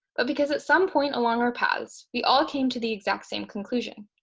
but because at some point along our paths, we all came to the exact same conclusion.